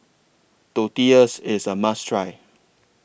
Tortillas IS A must Try